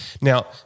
Now